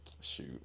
Shoot